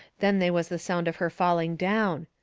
then they was the sound of her falling down.